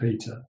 Peter